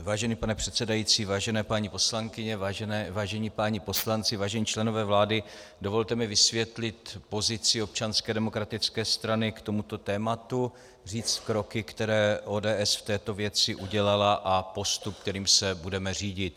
Vážený pane předsedající, vážené paní poslankyně, vážení páni poslanci, vážení členové vlády, dovolte mi vysvětlit pozici Občanské demokratické strany k tomuto tématu, říct kroky, které ODS v této věci udělala, a postup, kterým se budeme řídit.